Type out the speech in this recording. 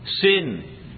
sin